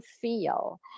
feel